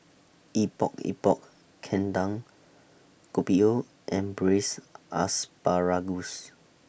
Epok Epok Kentang Kopi O and Braised Asparagus